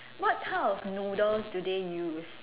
what kind of noodles do they use